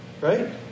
Right